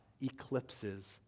eclipses